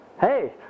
Hey